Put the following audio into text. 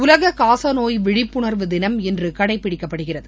உலக காசநோய் விழிப்புணர்வு தினம் இன்று கடைப்பிடிக்கப்படுகிறது